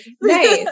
Nice